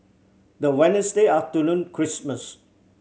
the Wednesday after Christmas